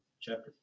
chapter